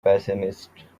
pessimist